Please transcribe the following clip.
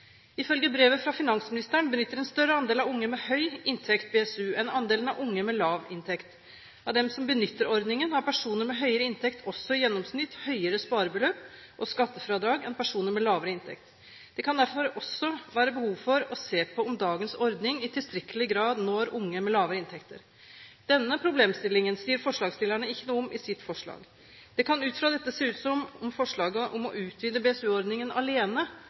Ifølge brevet fra finansministeren benytter en større andel av unge med høy inntekt BSU enn andelen av unge med lav inntekt. Av dem som benytter ordningen, har personer med høyere inntekt også i gjennomsnitt høyere sparebeløp og skattefradrag enn personer med lavere inntekt. Det kan derfor også være behov for å se på om dagens ordning i tilstrekkelig grad når unge med lavere inntekter. Denne problemstillingen sier forslagsstillerne ikke noe om i sitt forslag. Det kan ut fra dette se ut som om forslaget om å utvide BSU-ordningen alene